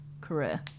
career